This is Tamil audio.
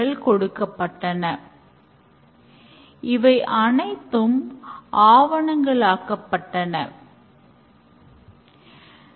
ஸ்கரம் திட்டமானது தொடர்ச்சியான ஸ்பரின்ட் முறையில் நடக்கிறது